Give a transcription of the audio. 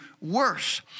worse